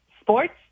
sports